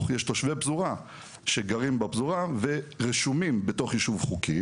יש תושבי פזורה שגרים בפזורה ורשומים בתוך יישוב חוקי